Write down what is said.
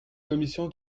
commission